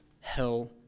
hell